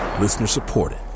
Listener-supported